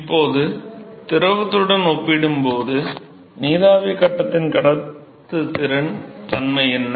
இப்போது திரவத்துடன் ஒப்பிடும்போது நீராவி கட்டத்தின் கடத்துத்திறனின் தன்மை என்ன